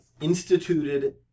instituted